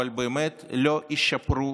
אבל באמת, לא ישפרו